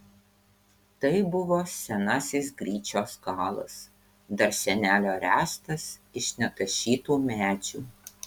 tai buvo senasis gryčios galas dar senelio ręstas iš netašytų medžių